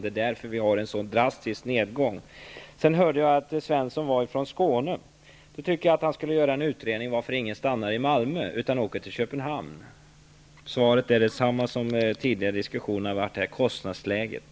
Det är ju därför som vi har en drastisk nedgång. Jag hörde här att Nils T Svensson är från Skåne. Jag tycker att han skulle utreda varför ingen stannar i Malmö utan åker till Köpenhamn. Svaret är detsamma som i tidigare diskussion, nämligen att det beror på kostnadsläget.